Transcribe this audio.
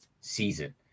season